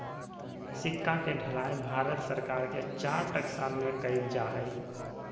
सिक्का के ढलाई भारत सरकार के चार टकसाल में कइल जा हइ